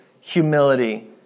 humility